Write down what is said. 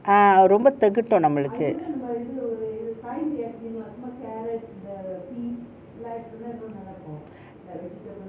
ah ஆரொம்ப தெகட்டும் நம்பளுக்கு:romba thegattum nambalukku